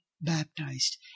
baptized